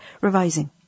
revising